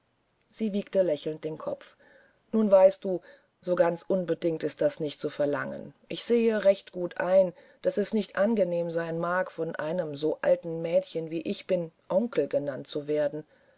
sie wiegte lächelnd den kopf nun weißt du so ganz unbedingt ist das nicht zu verlangen ich sehe recht gut ein daß es nicht angenehm sein mag von einem so alten mädchen wie ich bin onkel genannt zu werden